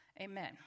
Amen